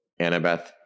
Annabeth